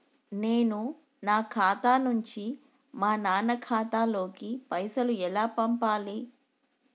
నేను నా ఖాతా నుంచి మా నాన్న ఖాతా లోకి పైసలు ఎలా పంపాలి?